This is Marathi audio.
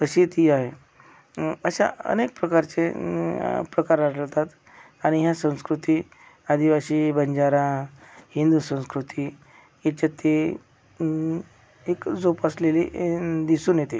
तशी ती आहे अशा अनेक प्रकारचे प्रकार आढळतात आणि ह्या संस्कृती आदिवासी बंजारा हिंदू संस्कृती इथं ती एक जोपासलेली दिसून येते